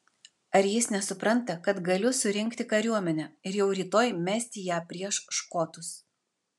ar jis nesupranta kad galiu surinkti kariuomenę ir jau rytoj mesti ją prieš škotus